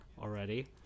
already